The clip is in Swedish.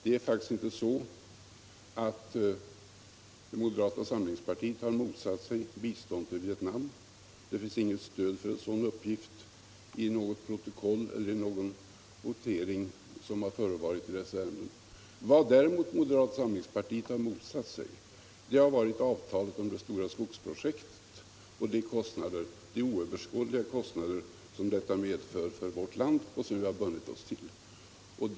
Det är faktiskt inte så, att moderata samlingspartiet har mot satt sig bistånd till Vietnam. Det finns inget stöd för en sådan uppgift i något protokoll eller i någon votering som har förevarit i dessa ärenden. Vad däremot moderata samlingspartiet har motsatt sig har varit avtalet om det stora skogsprojektet och de oöverskådliga kostnader som detta medför för vårt land och som vi har bundit oss för.